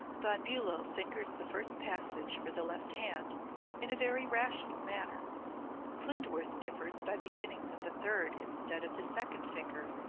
von bulow fingers the first passage for the left hand in a very rational manner klindworth differs by beginning with the third instead of the second finger,